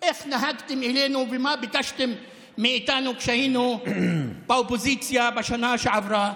איך נהגתם איתנו ומה ביקשתם מאיתנו כשהיינו באופוזיציה בשנה שעברה.